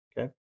Okay